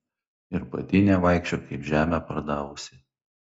ir pati nevaikščiok kaip žemę pardavusi